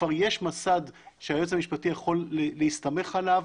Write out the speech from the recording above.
שכבר יש מסד שהיועץ המשפטי יכול להסתמך עליו,